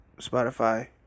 Spotify